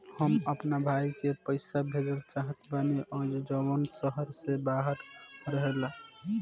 हम अपना भाई के पइसा भेजल चाहत बानी जउन शहर से बाहर रहेला